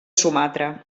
sumatra